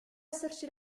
esserci